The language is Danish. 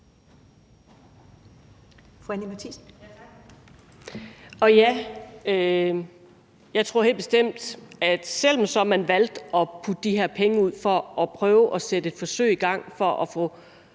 jeg tror helt bestemt, at selv om man så valgte at putte de her penge ud for at sætte et forsøg i gang med at få